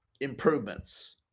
improvements